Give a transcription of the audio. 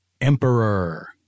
emperor